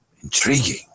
Intriguing